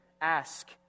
Ask